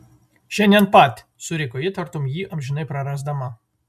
šiandien pat suriko ji tartum jį amžinai prarasdama